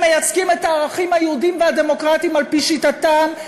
הם מייצגים את הערכים היהודיים והדמוקרטיים על-פי שיטתם.